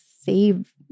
save